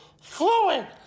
Fluid